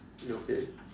okay